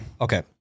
Okay